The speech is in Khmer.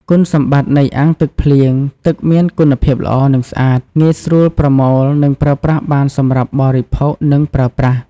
គុណសម្បត្តិនៃអាងទឹកភ្លៀង ទឹកមានគុណភាពល្អ និងស្អាត។ ងាយស្រួលប្រមូល និងប្រើប្រាស់បានសម្រាប់បរិភោគ និងប្រើប្រាស់។